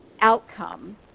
outcome